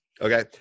Okay